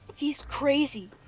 he's crazy!